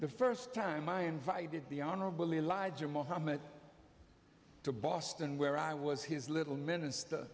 the first time i invited the honorable elijah muhammad to boston where i was his little minister